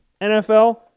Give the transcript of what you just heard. NFL